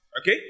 Okay